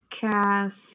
cast